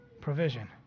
provision